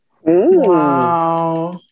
Wow